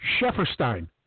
Shefferstein